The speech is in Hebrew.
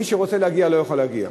שמי שרוצה להגיע לא יוכל להגיע.